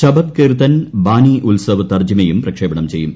Sabbath Kirtan Bani ഉത്സവ് തർജ്ജിമയും പ്രക്ഷേപണം ചെയ്യും